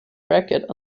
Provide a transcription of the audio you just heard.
bracket